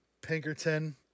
Pinkerton